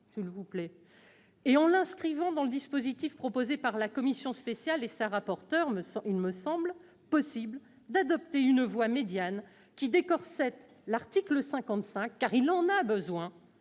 et en l'inscrivant dans le dispositif proposé par la commission spéciale et Mme la rapporteur, il me semble possible d'adopter une voie médiane, qui « décorsète » l'article 55- il en a besoin